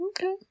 Okay